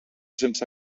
sense